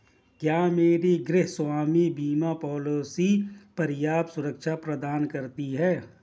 क्या मेरी गृहस्वामी बीमा पॉलिसी पर्याप्त सुरक्षा प्रदान करती है?